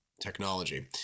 technology